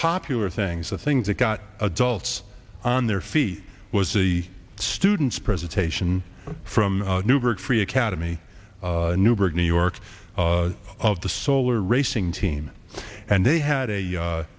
popular things the thing that got adults on their feet was the student's presentation from newberg free academy newburgh new york of the solar racing team and they had a